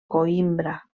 coïmbra